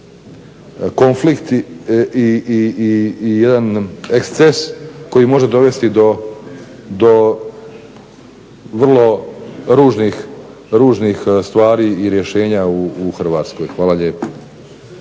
konflikt i jedan eksces koji može dovesti do vrlo ružnih stvari i rješenja u Hrvatskoj. Hvala lijepo.